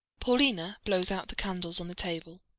paulina blows out the candles on the table,